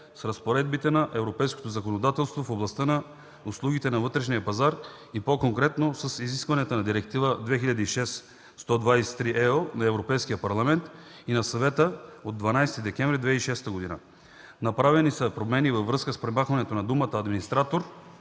с разпоредбите на европейското законодателство в областта на услугите на вътрешния пазар и по-конкретно с изискванията на Директива 2006/123/ЕО на Европейския парламент и на Съвета от 12 декември 2006 г. Направени са промени във връзка с премахването на думата „администратор”